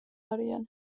არიან